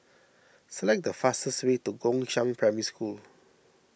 select the fastest way to Gongshang Primary School